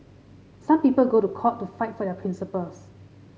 some people go to court to fight for their principles